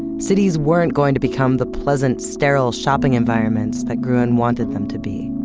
cities weren't going to become the pleasant, sterile shopping environments that gruen wanted them to be